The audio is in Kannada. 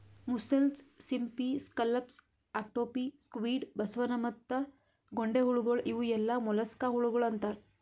ಮುಸ್ಸೆಲ್ಸ್, ಸಿಂಪಿ, ಸ್ಕಲ್ಲಪ್ಸ್, ಆಕ್ಟೋಪಿ, ಸ್ಕ್ವಿಡ್, ಬಸವನ ಮತ್ತ ಗೊಂಡೆಹುಳಗೊಳ್ ಇವು ಎಲ್ಲಾ ಮೊಲಸ್ಕಾ ಹುಳಗೊಳ್ ಅಂತಾರ್